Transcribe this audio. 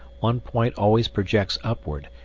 one point always projects upward,